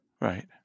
Right